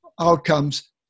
outcomes